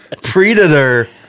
Predator